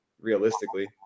realistically